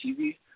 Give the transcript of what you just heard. TV